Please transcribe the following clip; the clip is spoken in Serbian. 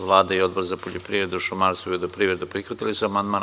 Vlada i Odbor za poljoprivredu, šumarstvo i vodoprivredu prihvatili su amandman.